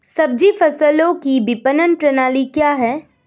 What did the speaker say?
सब्जी फसलों की विपणन प्रणाली क्या है?